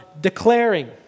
declaring